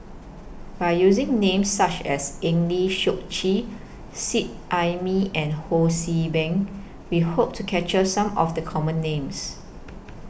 By using Names such as Eng Lee Seok Chee Seet Ai Mee and Ho See Beng We Hope to capture Some of The Common Names